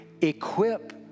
equip